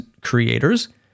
creators